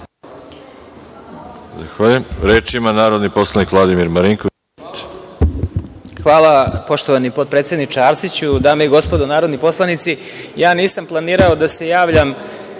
Hvala, poštovani potpredsedniče Arsiću. Dame i gospodo narodni poslanici, nisam planirao da se javljam